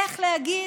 איך להגיד,